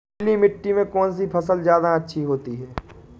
पीली मिट्टी में कौन सी फसल ज्यादा अच्छी होती है?